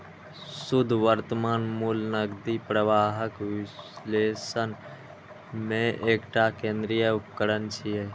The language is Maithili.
शुद्ध वर्तमान मूल्य नकदी प्रवाहक विश्लेषण मे एकटा केंद्रीय उपकरण छियै